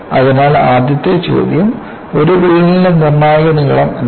അതിനാൽ ആദ്യത്തെ ചോദ്യം "ഒരു വിള്ളലിന്റെ നിർണായക നീളം എന്താണ്